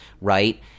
right